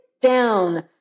down